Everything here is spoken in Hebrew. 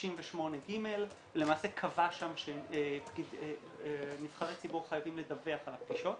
68.ג למעשה קבע שם שנבחרי ציבור חייבים לדווח על הפגישות,